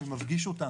ומפגיש אותה